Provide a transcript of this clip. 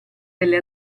delle